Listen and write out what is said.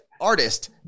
artist